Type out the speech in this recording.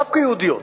דווקא יהודיות,